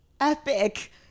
epic